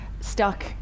stuck